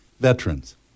veterans